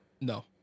no